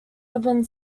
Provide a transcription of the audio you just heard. urban